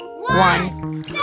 One